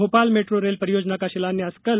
Bhopal metro rail परियोजना का शिलान्यास कल